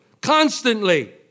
constantly